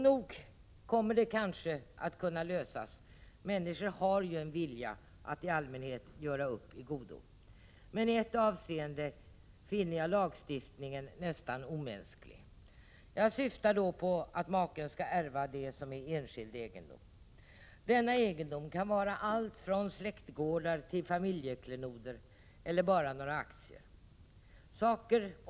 Nog kommer problemen kanske att kunna lösas — människor har ju en vilja att i allmänhet göra upp i godo — meni ett avseende finner jag lagstiftningen nästan omänsklig. Jag syftar då på att maken skall ärva det som är enskild egendom. Denna egendom kan vara allt från släktgårdar eller familjeklenoder till bara några aktier.